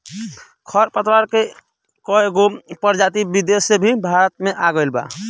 खर पतवार के कएगो प्रजाति विदेश से भी भारत मे आ गइल बा